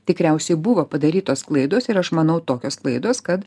tikriausiai buvo padarytos klaidos ir aš manau tokios klaidos kad